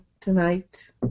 tonight